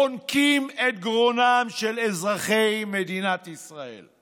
חונקים את גרונם של אזרחי מדינת ישראל.